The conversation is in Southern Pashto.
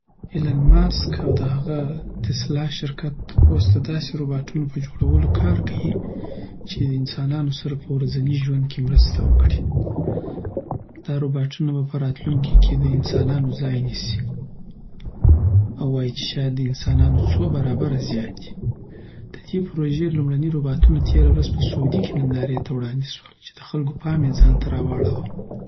ایلن ماسک او د هغه تسلا شرکت اوس د داسی روباتونو په جوړولو کار کوی چی د انسانانو سره په ورځنی ژوند کی مرسته وکړی دا روباتونه به په راتلونکی کی د انسانانو ځای نیسی او وایی چی شاید د انسانانو څو برابر زیات وی د دی پروژی لمړنی روباتونه تیره ورځ په سعودی کی ننداری ته وړاندی سول چی د خلکو پام یی ځانته واړاوه